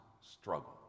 struggle